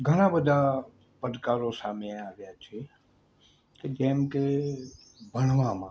ઘણા બધા પડકારો સામે આવ્યા છે જેમ કે ભણવામાં